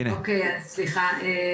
אוקי אז סליחה,